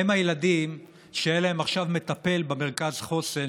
האם הילדים שאין להם עכשיו מטפל במרכז החוסן,